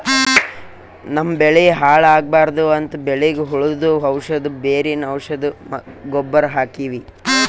ನಮ್ಮ್ ಬೆಳಿ ಹಾಳ್ ಆಗ್ಬಾರ್ದು ಅಂತ್ ಬೆಳಿಗ್ ಹುಳ್ದು ಔಷಧ್, ಬೇರಿನ್ ಔಷಧ್, ಗೊಬ್ಬರ್ ಹಾಕ್ತಿವಿ